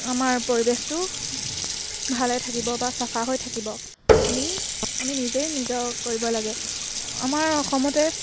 আমাৰ পৰিৱেশটো ভালে থাকিব বা চাফা হৈ থাকিব আমি আমি নিজেই নিজক কৰিব লাগে আমাৰ অসমতে